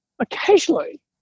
occasionally